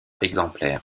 exemplaires